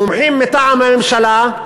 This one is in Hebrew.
מומחים מטעם הממשלה,